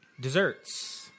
desserts